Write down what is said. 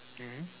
mmhmm